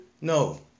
No